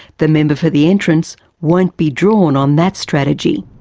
the member for the entrance won't be drawn on that strategy.